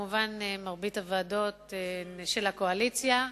כמובן מרבית הוועדות של הקואליציה,